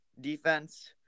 defense